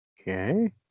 Okay